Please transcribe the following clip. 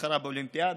התחרה באולימפיאדה,